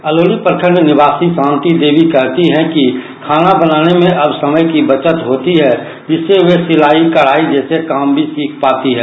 अलौली प्रखंड निवासी शांति देवी कहती हैं कि खाना बनाने में अब समय की बचत होती है जिससे वे सिलाई कढाई जैसे काम भी सीख पाती हैं